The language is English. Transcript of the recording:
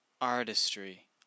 artistry